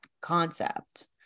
concept